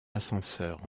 ascenseur